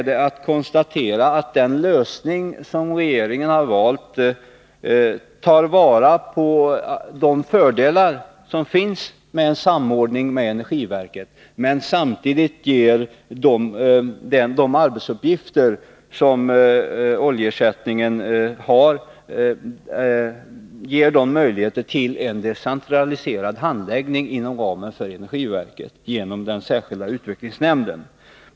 Den lösning som regeringen har valt tar vara på de fördelar som finns i en samordning med energiverket. Med de arbetsuppgifter oljeersättningsfonden har ges samtidigt möjligheter till en decentraliserad handläggning inom ramen för energiverket genom den särskilda utvecklingsnämnden.